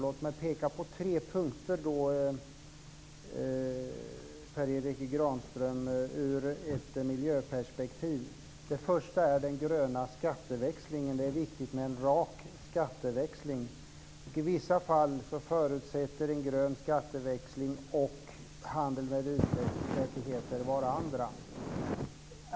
Låt mig peka på tre punkter, Per Erik Granström, ur ett miljöperspektiv. Den första är den gröna skatteväxlingen. Det är viktigt med en rak skatteväxling. I vissa fall förutsätter en grön skatteväxling och handeln med utsläppsrättigheter varandra.